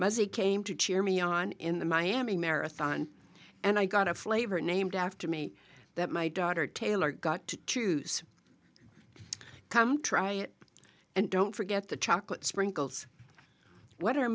most he came to cheer me on in the miami marathon and i got a flavor named after me that my daughter taylor got to choose come try it and don't forget the chocolate